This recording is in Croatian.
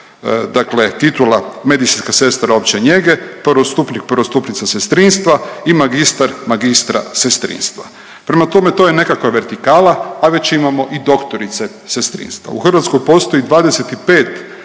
dakle titula medicinska sestra opće njege, prvostupnik, prvostupnica sestrinstva i magistar, magistra sestrinstva. Prema tome to je nekakva vertikala, a već imamo i doktorice sestrinstva. U Hrvatskoj postoji 25 srednjih